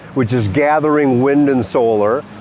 which is gathering wind and solar.